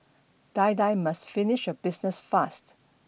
die die must finish your business fast